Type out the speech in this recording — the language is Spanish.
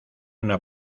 una